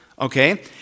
Okay